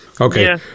okay